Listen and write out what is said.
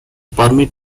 permit